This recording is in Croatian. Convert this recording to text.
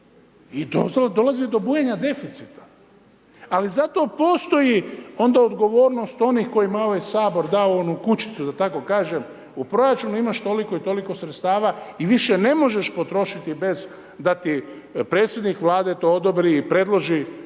i dolazi do bujanja deficita. Ali zato postoji onda odgovornost onih kojima je ovaj Sabor dao onu kućicu da tako kažem u proračun imaš toliko i toliko sredstava i više ne možeš potrošiti bez da ti predsjednik Vlade to odobri i predloži